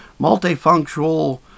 multifunctional